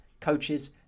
coaches